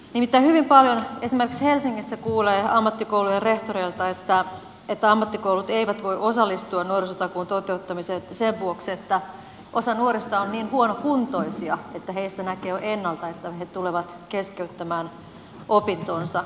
nimittäin hyvin paljon esimerkiksi helsingissä kuulee ammattikoulujen rehtoreilta että ammattikoulut eivät voi osallistua nuorisotakuun toteuttamiseen sen vuoksi että osa nuorista on niin huonokuntoisia että heistä näkee jo ennalta että he tulevat keskeyttämään opintonsa